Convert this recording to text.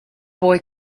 boy